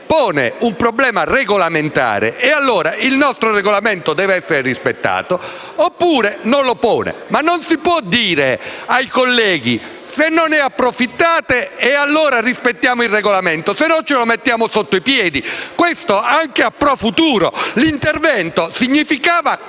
pone un problema regolamentare, e allora il nostro Regolamento deve essere rispettato, oppure non lo pone. Ma non si può dire ai colleghi: «Se non ne approfittate, allora rispettiamo il Regolamento, altrimenti ce lo mettiamo sotto i piedi». Dico questo anche *pro futuro*. L'intervento voleva significare proprio